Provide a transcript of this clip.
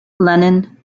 lennon